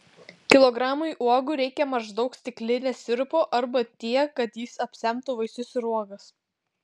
kilogramui uogų reikia maždaug stiklinės sirupo arba tiek kad jis apsemtų vaisius ir uogas